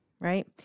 right